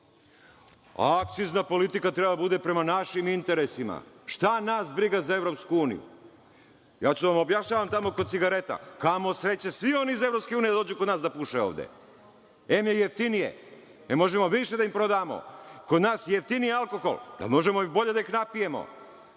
vas. Akcizna politika treba da bude prema našim interesima. Šta nas briga za EU. Ja ću da vam objašnjavam tamo kod cigareta, kamo sreće svi oni iz EU da dođu kod nas da puše ovde. Em je jeftinije, em možemo više da im prodamo. Kod nas je jeftiniji alkohol, možemo bolje da ih napijemo,